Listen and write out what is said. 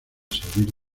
salir